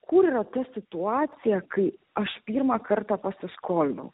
kur yra ta situacija kai aš pirmą kartą pasiskolinau